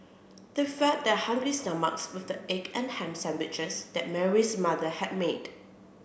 they fed their hungry stomachs with the egg and ham sandwiches that Mary's mother had made